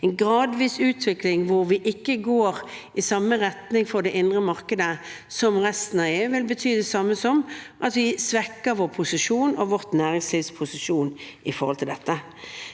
En gradvis utvikling hvor vi ikke går i samme retning for det indre markedet som resten av EU, vil bety det samme som at vi svekker vår posisjon og vårt næringslivs posisjon opp mot dette.